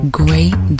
great